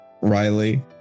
Riley